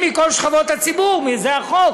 אליהם, מגיעים מכל שכבות הציבור, זה החוק.